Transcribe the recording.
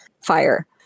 fire